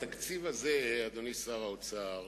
התקציב הזה, אדוני שר האוצר,